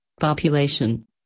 population